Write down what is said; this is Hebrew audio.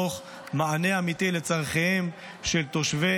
תוך מתן מענה אמיתי על צורכיהם של תושבי